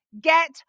get